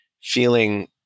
feeling